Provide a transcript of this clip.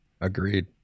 Agreed